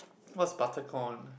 what's butter corn